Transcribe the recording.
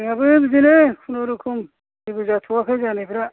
जोंहाबो बिदिनो कुनुरक'म जेबो जाथ'वाखै जानायफोरा